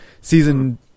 Season